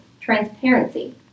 transparency